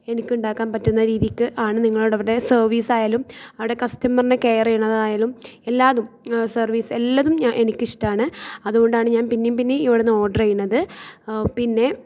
എനിക്കുണ്ടാക്കാൻ പറ്റുന്ന രീതിക്ക് ആണ് നിങ്ങളുടെ അവിടെ സർവീസ്സായാലും അവിടെ കസ്റ്റമർനെ കേയ്റ് ചെയ്യുന്നതായാലും എല്ലായിതും സർവീസ് എല്ലായിതും എനിക്കിഷ്ദമാണ് അതുകൊണ്ടാണ് ഞാൻ പിന്നെയും പിന്നെയും ഇവിടുന്ന് ഓർഡർ ചെയ്തത് പിന്നെ